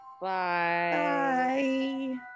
Bye